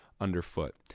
underfoot